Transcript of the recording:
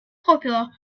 popular